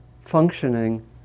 functioning